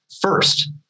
First